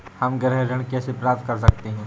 हम गृह ऋण कैसे प्राप्त कर सकते हैं?